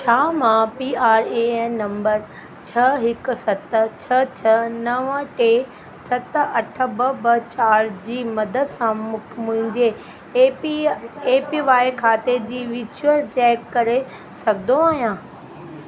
छा मां P R A N number छह हिकु सत छह छह नव टे सत अठ ॿ ॿ चार जी मदद सां मु मुंहिंजे A P A P Y खाते जी विचूरु चेक करे सघंदो आहियां